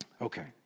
Okay